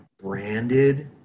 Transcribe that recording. branded